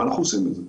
ואנחנו עושים את זה.